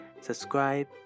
subscribe